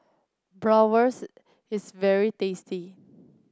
Bratwurst is very tasty